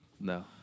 No